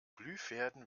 glühfäden